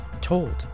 told